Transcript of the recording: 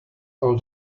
all